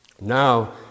Now